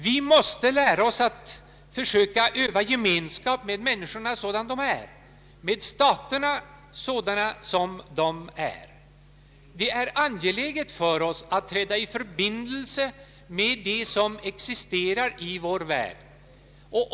Vi måste lära oss att försöka öva gemenskap med människorna sådana de är och med staterna sådana de är. Det är angeläget för oss att träda i förbindelse med det som existerar i vår värld.